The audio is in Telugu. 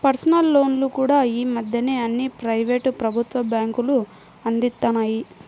పర్సనల్ లోన్లు కూడా యీ మద్దెన అన్ని ప్రైవేటు, ప్రభుత్వ బ్యేంకులూ అందిత్తన్నాయి